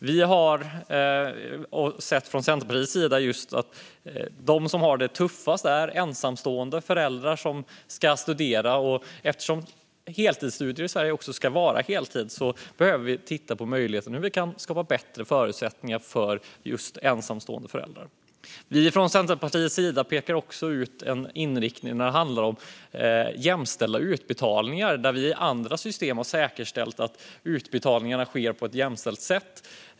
Vi i Centerpartiet har sett att de som har det tuffast är ensamstående föräldrar som ska studera. Eftersom heltidsstudier ska ske på just heltid behöver vi titta på hur vi kan skapa bättre förutsättningar för ensamstående föräldrar. Centerpartiet pekar vidare ut en inriktning som handlar om jämställda utbetalningar. I andra system har man säkerställt att utbetalningarna sker på ett jämställt sätt.